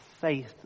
faith